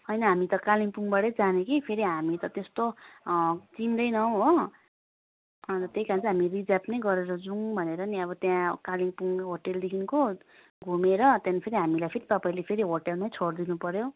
होइन हामी त कालिम्पोङबाटै जाने कि फेरि हामी त त्यस्तो चिन्दैनौँ हो अन्त त्यही कारण चाहिँ हामी रिजर्भ नै गरेर जाऔँ भनेर नि अब त्यहाँ कालिम्पोङ होटलदेखिको घुमेर त्यसपछि फेरि हामीलाई तपाईँले फेरि होटलमै छोडिदिनु पर्यो